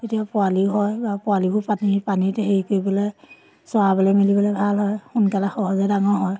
তেতিয়া পোৱালিও হয় বা পোৱালিবোৰ পানী পানীতে হেৰি কৰিবলৈ চৰাবলৈ মেলিবলৈ ভাল হয় সোনকালে সহজে ডাঙৰ হয়